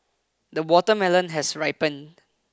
the watermelon has ripened